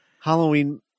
Halloween